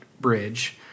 bridge